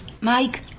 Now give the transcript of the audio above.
Mike